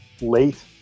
late